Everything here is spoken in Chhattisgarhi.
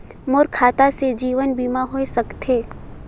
मोर खाता से जीवन बीमा होए सकथे?